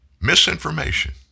Misinformation